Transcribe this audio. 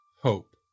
HOPE